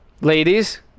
ladies